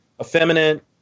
effeminate